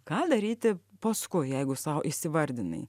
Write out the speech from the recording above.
ką daryti paskui jeigu sau įsivardinai